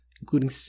including